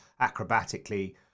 acrobatically